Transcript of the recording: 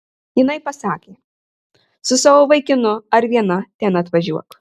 jinai pasakė su savo vaikinu ar viena ten atvažiuok